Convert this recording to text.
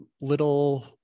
little